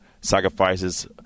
sacrifices